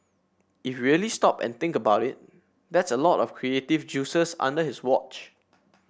if really stop and think about it that's a lot of creative juices under his watch